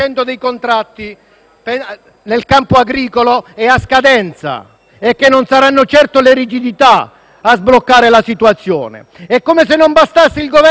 nel campo agricolo è a scadenza e che non saranno certo le rigidità a sbloccare la situazione. E, come se non bastasse, il Governo ne approfitta